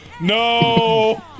No